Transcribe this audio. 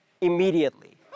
immediately